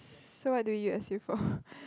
so what do you S_U for